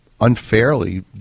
unfairly